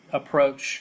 approach